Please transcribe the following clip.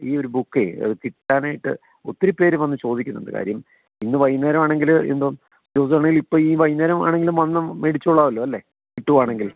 ഈ ഒരു ബുക്ക് അതു കിട്ടാനായിട്ട് ഒത്തിരിപ്പേർ വന്നു ചോദിക്കുന്നുണ്ട് കാര്യം ഇന്നു വൈകുന്നേരം ആണെങ്കിൽ എന്തായിപ്പോൾ വൈകുന്നേരം ആണെങ്കിലും വന്നൊന്നു മേടിച്ചോളാമല്ലോ അല്ലേ കിട്ടുകയാണെങ്കിൽ